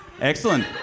Excellent